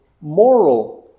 moral